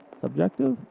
subjective